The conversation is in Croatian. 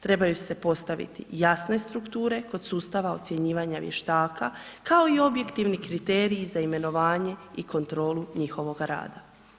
Trebaju se postaviti jasne strukture kod sustava ocjenjivanja vještaka, kao i objektivni kriteriji za imenovanje i kontrolu njihovoga rada.